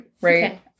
right